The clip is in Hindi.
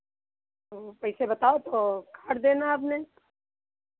पैसे बताओ तो कर देना अपने